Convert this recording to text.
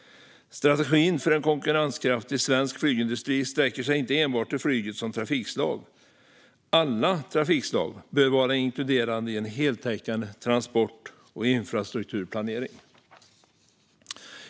Strategin för en konkurrenskraftig svensk flygindustri sträcker sig dock inte enbart till flyget som trafikslag. Alla trafikslag bör vara inkluderade i en heltäckande transport och infrastrukturplanering.